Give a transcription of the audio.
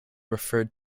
referred